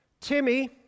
Timmy